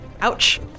Ouch